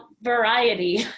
variety